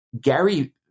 Gary